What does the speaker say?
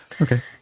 Okay